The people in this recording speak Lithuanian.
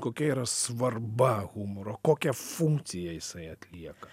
kokia yra svarba humoro kokią funkciją jisai atlieka